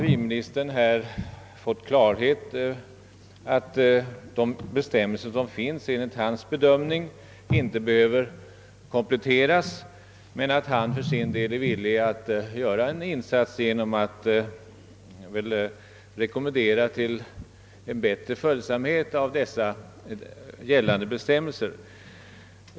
Vi har nu fått klarhet om ati bestämmelserna enligt civilministerns bedömning inte behöver kompletteras, men civilministern har samtidigt förklarat att han är villig att göra en insats genom att rekommendera att bestämmelserna skall efterföljas på ett bättre sätt.